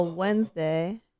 Wednesday